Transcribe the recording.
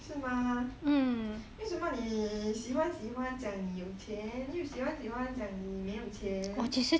是吗为什么你喜欢喜欢讲你有钱又喜欢喜欢讲你没有钱